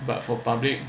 but for public